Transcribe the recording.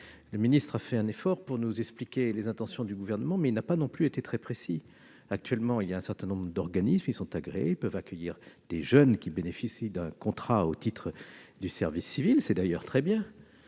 d'État a fait un effort pour nous expliquer les intentions du Gouvernement, mais il n'a pas non plus été très précis. Actuellement, un certain nombre d'organismes agréés peuvent accueillir des jeunes qui bénéficient d'un contrat au titre du service civique, ce qui est très